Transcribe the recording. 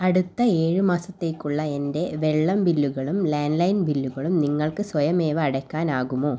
അടുത്ത ഏഴ് മാസത്തേക്കുള്ള എൻ്റെ വെള്ളം ബില്ലുകളും ലാൻഡ്ലൈൻ ബില്ലുകളും നിങ്ങൾക്ക് സ്വയമേവ അടയ്ക്കാനാകുമോ